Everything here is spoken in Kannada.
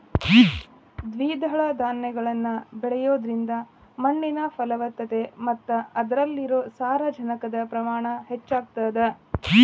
ದ್ವಿದಳ ಧಾನ್ಯಗಳನ್ನ ಬೆಳಿಯೋದ್ರಿಂದ ಮಣ್ಣಿನ ಫಲವತ್ತತೆ ಮತ್ತ ಅದ್ರಲ್ಲಿರೋ ಸಾರಜನಕದ ಪ್ರಮಾಣ ಹೆಚ್ಚಾಗತದ